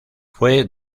fue